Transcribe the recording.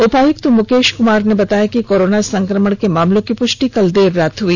उपायुक्त मुकेश कुमार ने बताया कोरोना संक्रमण के मामलों की पुष्टि कल देर रात हुई